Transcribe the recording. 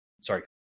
sorry